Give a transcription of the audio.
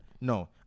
No